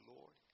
Lord